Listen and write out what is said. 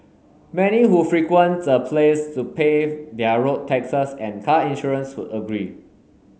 many who frequent the place to pay their road taxes and car insurance would agree